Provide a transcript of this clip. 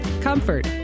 comfort